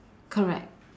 correct